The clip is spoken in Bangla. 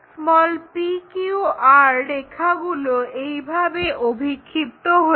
p q r রেখাগুলো এইভাবে অভিক্ষিপ্ত হয়েছে